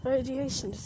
Radiation